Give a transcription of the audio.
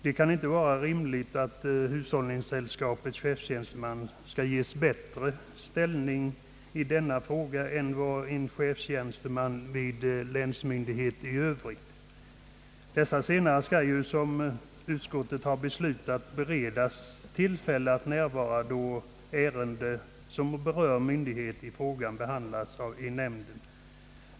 Det kan inte vara rimligt = att - hushållningssällskapets chefstjänsteman skall ges en bättre ställning i detta avseende än en chefstjänsteman vid länsmyndighet i övrigt. Den senare skall ju enligt vad utskottet förordar beredas tillfälle att närvara vid behandlingen av ärende som berör myndighet då frågan behandlas i nämnden.